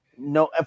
No